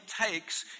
takes